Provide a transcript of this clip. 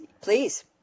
please